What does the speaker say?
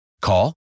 Call